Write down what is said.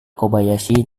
kobayashi